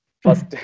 first